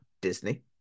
Disney